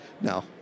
no